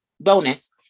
bonus